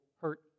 hurt